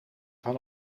van